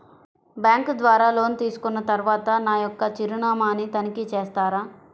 Bank ద్వారా loan తీసుకున్న తరువాత నా యొక్క చిరునామాని తనిఖీ చేస్తారా?